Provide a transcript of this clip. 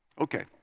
Okay